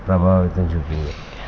ప్రభావితం చూపింది